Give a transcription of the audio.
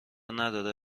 نداره